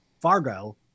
Fargo